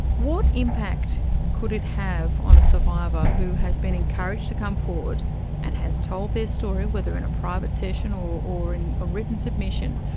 what impact could it have on a survivor who has been encouraged to come forward and has told their story, whether in a private session or or in a written submission,